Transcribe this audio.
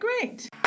great